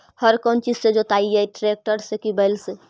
हर कौन चीज से जोतइयै टरेकटर से कि बैल से?